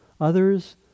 others